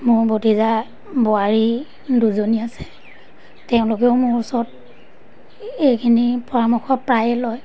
মোৰ ভতিজা বোৱাৰী দুজনী আছে তেওঁলোকেও মোৰ ওচৰত এইখিনি পৰামৰ্শ প্ৰায়ে লয়